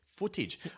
Footage